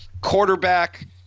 quarterback